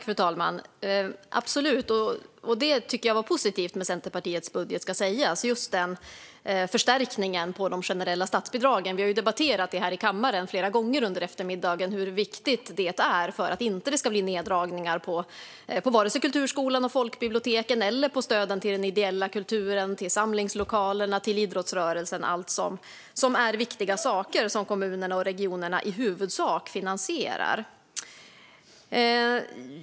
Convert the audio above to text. Fru talman! Så är det absolut, och det tycker jag var positivt med Centerpartiets budget - just förstärkningen av de generella statsbidragen. Vi har debatterat i kammaren flera gånger under eftermiddagen hur viktigt det är för att det inte ska bli neddragningar på vare sig kulturskolan, folkbiblioteken, stöden till den ideella kulturen, samlingslokalerna eller idrottsrörelsen. Det är allt sådant som är viktiga saker och som kommunerna och regionerna i huvudsak finansierar.